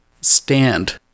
Stand